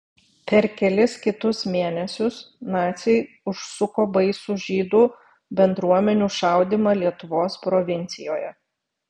per kelis kitus mėnesius naciai užsuko baisų žydų bendruomenių šaudymą lietuvos provincijoje